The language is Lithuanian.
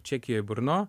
čekijoj brno